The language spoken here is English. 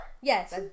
Yes